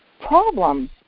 problems